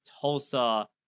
Tulsa